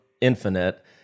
Infinite